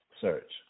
Search